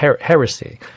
heresy